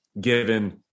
given